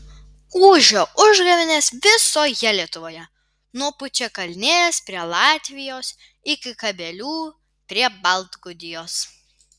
ūžia užgavėnės visoje lietuvoje nuo pučiakalnės prie latvijos iki kabelių prie baltgudijos